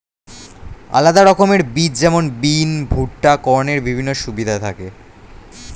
আলাদা রকমের বীজ যেমন বিন, ভুট্টা, কর্নের বিভিন্ন সুবিধা থাকি